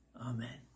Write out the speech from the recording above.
Amen